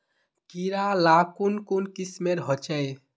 कीड़ा ला कुन कुन किस्मेर होचए?